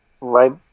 right